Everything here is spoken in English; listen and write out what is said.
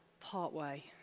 partway